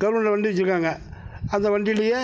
கவர்மெண்ட்டில் வண்டி வச்சுருக்காங்க அந்த வண்டிலேயே